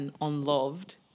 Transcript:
unloved